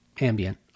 ambient